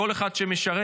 כל אחד שמשרת,